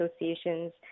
associations